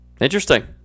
Interesting